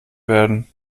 werden